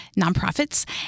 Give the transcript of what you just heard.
nonprofits